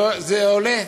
זה עולה.